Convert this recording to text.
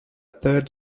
third